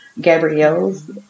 Gabrielle's